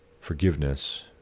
forgiveness